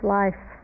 life